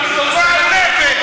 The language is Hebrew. גועל נפש.